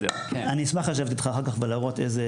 אני אשמח לשבת איתך אחר כך ולהראות איזה